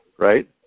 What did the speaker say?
right